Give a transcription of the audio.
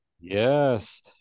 Yes